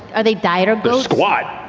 are they dire but squat,